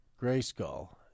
Grayskull